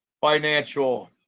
financial